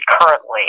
currently